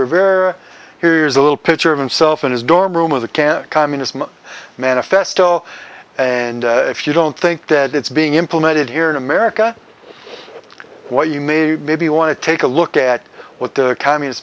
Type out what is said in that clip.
rivera here's a little picture of himself in his dorm room with a can communism manifesto and if you don't think that it's being implemented here in america why you may maybe want to take a look at what the communist